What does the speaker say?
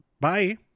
bye